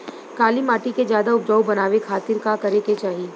काली माटी के ज्यादा उपजाऊ बनावे खातिर का करे के चाही?